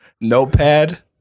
notepad